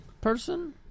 person